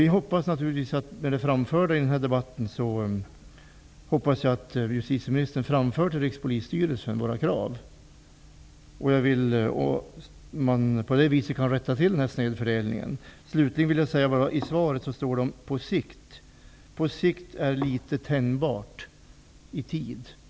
Vi hoppas naturligtvis att justitieministern framför våra krav till Rikspolisstyrelsen. På det viset kan denna snedfördelning rättas till. I svaret nämns begreppet ''på sikt''. Det är litet tänjbart.